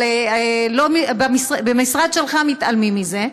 אבל במשרד שלך מתעלמים מזה.